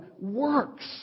works